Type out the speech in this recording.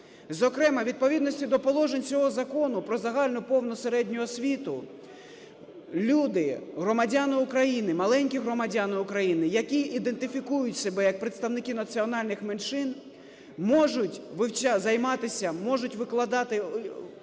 Зокрема, у відповідності до положень цього Закону про загальну повну середню освіту люди, громадяни України, маленькі громадяни України, які ідентифікують себе як представники національних меншин, можуть займатися, можуть викладати